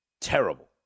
terrible